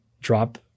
drop